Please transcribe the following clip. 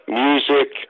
music